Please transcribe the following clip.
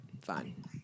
fine